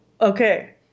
okay